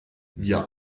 wir